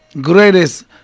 greatest